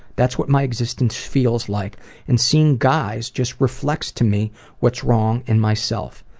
that's what my existence feels like and seeing guys just reflects to me what's wrong in myself.